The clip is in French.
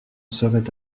serait